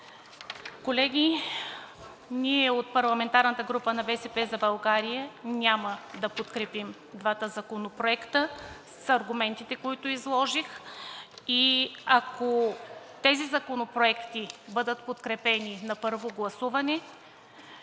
Колеги, ние от парламентарната група „БСП за България“ няма да подкрепим двата законопроекта с аргументите, които изложих. Ако тези законопроекти бъдат подкрепени на първо гласуване,